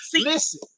Listen